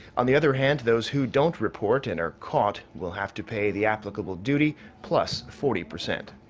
on the other hand, those who don't report and are caught will have to pay the applicable duty plus forty percent.